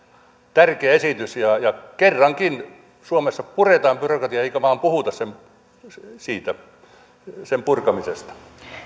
tärkeä esitys kerrankin suomessa puretaan byrokratiaa eikä vain puhuta sen purkamisesta